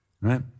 right